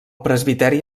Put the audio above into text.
presbiteri